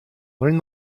learn